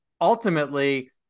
Ultimately